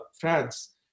France